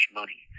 money